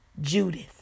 Judith